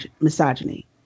misogyny